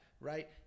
Right